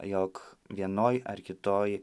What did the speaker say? jog vienoj ar kitoj